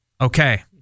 Okay